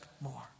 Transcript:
more